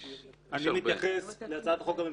אני מתייחס להצעת החוק הממשלתית.